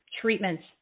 treatments